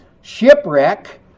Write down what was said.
shipwreck